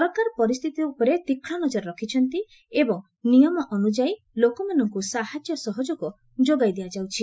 ସରକାର ପରିସ୍ଥିତି ଉପରେ ନଜର ରଖିଛନ୍ତି ଏବଂ ସରକାରୀ ନିୟମ ଅନୁଯାୟୀ ଲୋକମାନଙ୍କୁ ସାହାଯ୍ୟ ସହଯୋଗ ଯୋଗାଇ ଦିଆଯାଉଛି